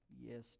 yes